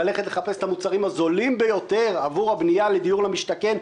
ללכת לחפש את המוצרים הזולים ביותר עבור הבנייה לדיור למשתכן,